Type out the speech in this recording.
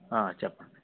ఆ చెప్పండి